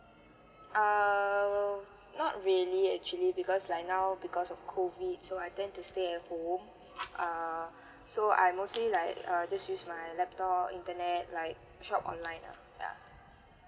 err not really actually because like now because of COVID so I tend to stay at home uh so I mostly like err just use my laptop internet like shop online lah yeah